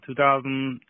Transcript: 2000